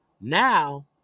now